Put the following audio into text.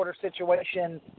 situation